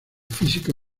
física